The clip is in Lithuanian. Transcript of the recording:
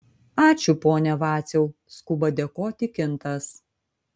ačiū pone vaciau skuba dėkoti kintas